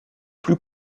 plus